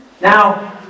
Now